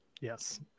Yes